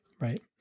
right